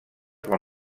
pel